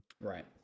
Right